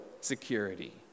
security